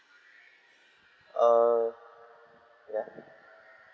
err ya